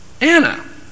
Anna